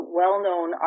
well-known